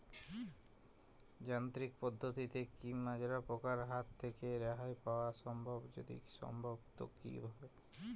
যান্ত্রিক পদ্ধতিতে কী মাজরা পোকার হাত থেকে রেহাই পাওয়া সম্ভব যদি সম্ভব তো কী ভাবে?